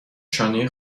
شانه